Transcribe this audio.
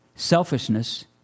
Selfishness